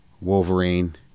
wolverine